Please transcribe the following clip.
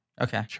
Okay